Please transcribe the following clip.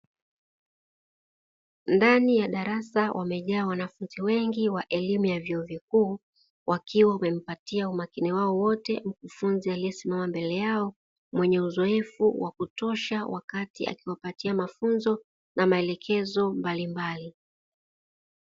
Ndani ya darasa wamejaa wanafunzi wengi wa elimu ya chuo vikuu wakiwa wamepatia umakini wao wote mkufunzi aliyesimama mbele yao, mwenye uzoefu wa kutosha wakati akiwapatia mafunzo na maelekezo mbalimbali.